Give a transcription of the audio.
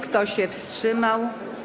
Kto się wstrzymał?